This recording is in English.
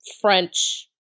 French